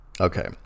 Okay